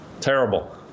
Terrible